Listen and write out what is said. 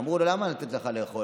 אמרו לו: למה לתת לך לאכול?